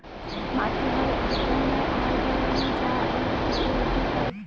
মাটি হয় এক ধরনের আবরণ যা আমরা পৃথিবীর উপরে পায়